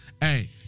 Hey